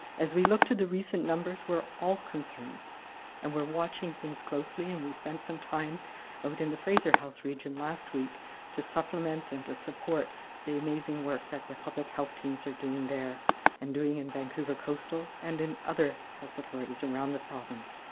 as we look to the recent numbers we are all concerned and we are watching things closely and we spend some time out in the fraser health region last week to supplement and support the amazing work that the public health teams are doing their and doing in vancouver coastal and other health authorities around the province.